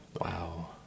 Wow